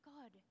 God